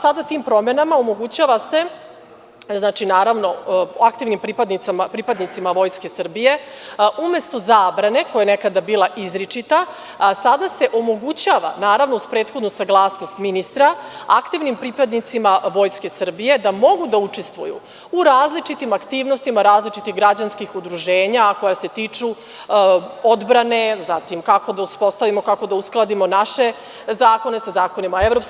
Sada se tim promenama omogućava aktivnim pripadnicima Vojske Srbije umesto zabrane, koja je nekada bila izričita, sada se omogućava, naravno, uz prethodnu saglasnost ministra, da mogu da učestvuju u različitim aktivnostima različitih građanskih udruženja koja se tiču odbrane, zatim kako da uspostavimo, kako da uskladimo naše zakone sa zakonima EU,